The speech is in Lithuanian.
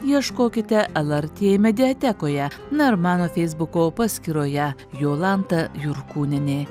ieškokite lrt mediatekoje na ir mano feisbuko paskyroje jolanta jurkūnienė